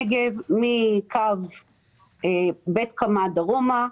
נגב, מקו בית קמא דרומה,